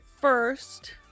first